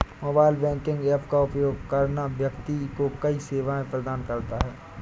mobile banking app का उपयोग करना व्यक्ति को कई सेवाएं प्रदान करता है